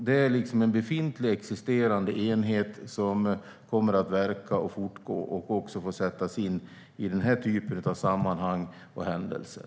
Det är en befintlig, existerande enhet som kommer att verka, och den får också sättas in i den här typen av sammanhang och händelser.